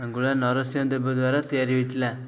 ନାଙ୍ଗୁଳା ନରସିଂହ ଦେବ ଦ୍ୱାରା ତିଆରି ହୋଇଥିଲା